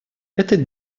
этот